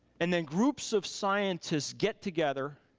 and then groups of scientists get together,